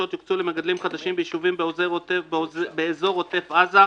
יוקצו למגדלים חדשים ביישובים באזור עוטף עזה,